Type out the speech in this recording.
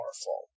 powerful